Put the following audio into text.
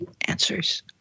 answers